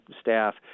staff